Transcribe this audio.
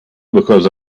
because